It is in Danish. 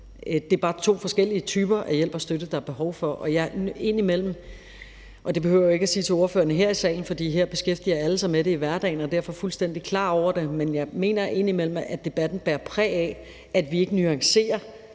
det er bare to forskellige typer af hjælp og støtte, der er behov for. Jeg har det sådan – men det behøver jeg ikke at sige til ordførerne her i salen, fordi her beskæftiger alle sig med det i hverdagen og er derfor fuldstændig klar over det – at jeg mener, at debatten indimellem bærer præg af, at vi ikke nuancerer,